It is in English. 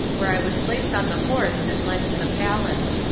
where i was placed on the horse and led to the palace.